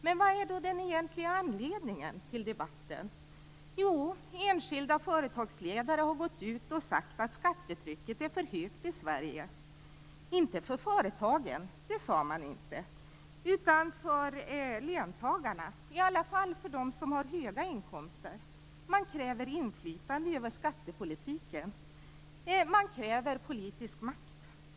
Men vad är då den egentliga anledningen till debatten? Jo, enskilda företagsledare har sagt att skattetrycket är för högt i Sverige. Inte för företagen, det sade man inte, utan för löntagarna, i alla fall för dem som har höga inkomster. Man kräver inflytande över skattepolitiken. Man kräver politisk makt.